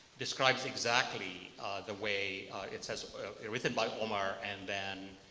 describes exactly the way it says written by omar and then